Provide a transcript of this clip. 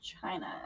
china